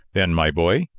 then, my boy,